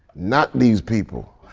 not these people.